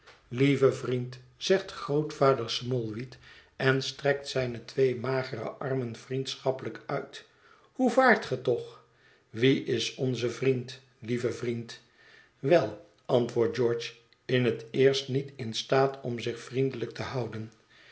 lieve vriend zegt grootvader smallweed en strekt zijne twee magere armen vriendschappelijk uit hoe vaart ge toch wie is onze vriend lieve vriend wel antwoordt george in het eerst niet in staat om zich vriendelijk te houden